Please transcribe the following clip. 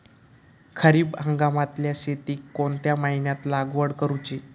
खरीप हंगामातल्या शेतीक कोणत्या महिन्यात लागवड करूची?